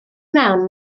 mewn